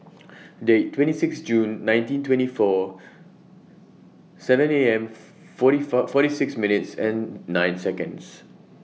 Date twenty six June nineteen twenty four seven A M forty four forty six minutes and nine Seconds